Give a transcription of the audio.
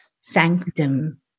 sanctum